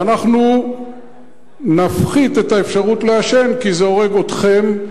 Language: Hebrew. ואנחנו נפחית את האפשרות לעשן כי זה הורג אתכם,